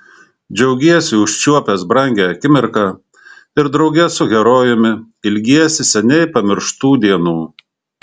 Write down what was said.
džiaugiesi užčiuopęs brangią akimirką ir drauge su herojumi ilgiesi seniai pamirštų dienų